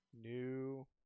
New